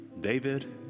David